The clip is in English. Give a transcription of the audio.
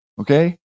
Okay